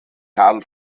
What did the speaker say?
karl